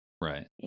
right